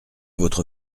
votre